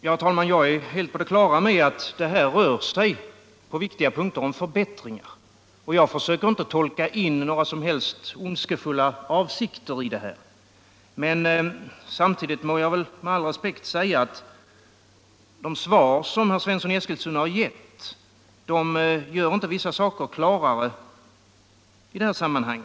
Herr talman! Jag är helt på det klara med att det här rör sig om förbättringar på viktiga punkter, och jag försöker inte tolka in några som helst ondskefulla avsikter i detta. Men samtidigt må jag väl med all respekt säga att de svar, som herr Svensson i Eskilstuna har gett, inte gör vissa saker klarare i detta sammanhang.